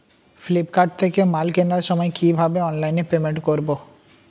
Flipkart থেকে মাল কেনার সময় কিভাবে অনলাইনে পেমেন্ট করব?